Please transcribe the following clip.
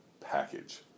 package